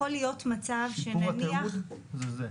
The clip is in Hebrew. יכול להיות מצב שנניח --- שיפור התיעוד זה זה.